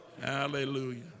Hallelujah